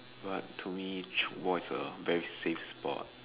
what to me tchoukball is a very safe sport